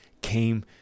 came